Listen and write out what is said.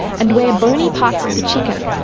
and where bony parts of the chicken,